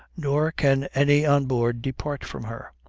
nor can any on board depart from her.